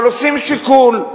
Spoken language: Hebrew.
אבל עושים שיקול.